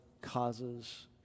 causes